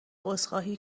عذرخواهی